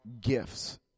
gifts